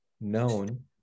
known